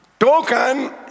Token